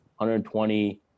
120